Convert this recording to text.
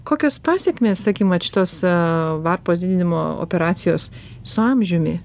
kokios pasekmės sakykim vat šitos varpos didinimo operacijos su amžiumi